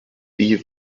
die